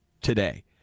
today